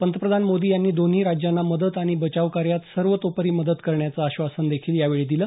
पंतप्रधान मोदी यांनी दोन्ही राज्यांना मदत आणि बचावकार्यात सर्वतोपरी मदत करण्याचं आश्वासन देखील यावेळी दिलं